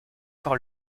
par